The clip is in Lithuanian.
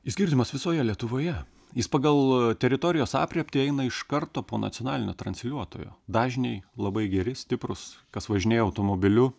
jis girdimas visoje lietuvoje jis pagal teritorijos aprėptį eina iš karto po nacionalinio transliuotojo dažniai labai geri stiprūs kas važinėja automobiliu